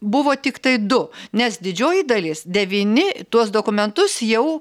buvo tiktai du nes didžioji dalis devyni tuos dokumentus jau